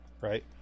right